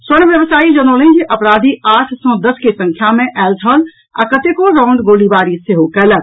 स्वर्ण व्यवसायी जनौलनि जे अपराधी आठ सॅ दस के संख्या मे आयल छल आ कतेको राउंड गोलीबारी सेहो कयलक